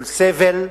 של סבל,